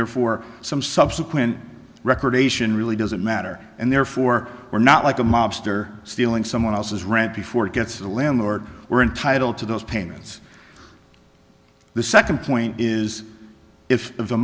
therefore some subsequent recreation really doesn't matter and therefore we're not like a mobster stealing someone else's rent before it gets to the landlord we're entitled to those payments the second point is if the